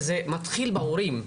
וזה מתחיל בהורים.